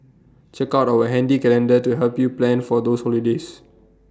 check out our handy calendar to help you plan for those holidays